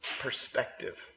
Perspective